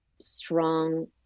strong